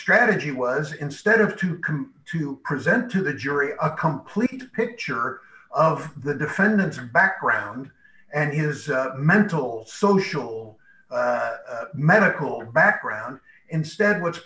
strategy was instead of to come to present to the jury a complete picture of the defendant's background and his mental social medical background instead what's